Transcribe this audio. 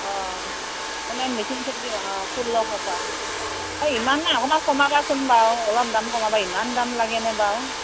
অঁ এনেই মিচিং চিট অঁ ষোল্ল ঘৰ পৰা ইমাননে অকণমান কমাবাচোন বাৰু অলপ দাম কমাবা ইমান দাম লাগেনে বাৰু